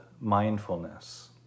mindfulness